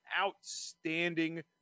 outstanding